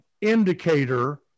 indicator